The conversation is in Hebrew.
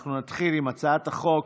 אנחנו נתחיל עם הצעת חוק